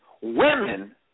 women